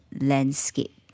landscape